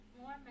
More